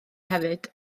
hefyd